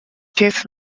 teens